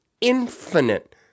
infinite